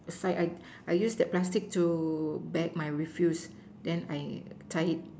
I use that plastic to bag my refuse then I tie it